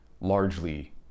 largely